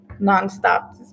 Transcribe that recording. nonstop